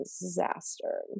disaster